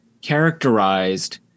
characterized